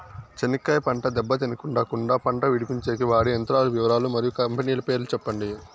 చెనక్కాయ పంట దెబ్బ తినకుండా కుండా పంట విడిపించేకి వాడే యంత్రాల వివరాలు మరియు కంపెనీల పేర్లు చెప్పండి?